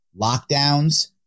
lockdowns